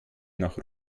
nach